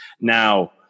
now